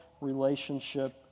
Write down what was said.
relationship